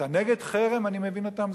אתה נגד חרם, אני מבין אותם.